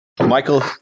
Michael